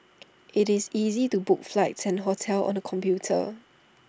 IT is easy to book flights and hotels on the computer